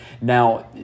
now